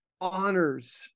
honors